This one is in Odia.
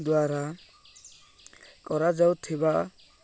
ଦ୍ୱାରା କରାଯାଉଥିବା